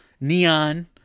Neon